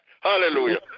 Hallelujah